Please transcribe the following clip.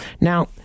Now